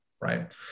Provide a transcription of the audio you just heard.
Right